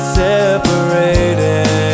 separated